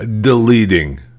deleting